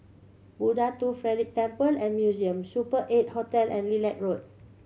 Buddha Tooth Relic Temple and Museum Super Eight Hotel and Lilac Road